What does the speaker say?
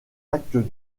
actes